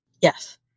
Yes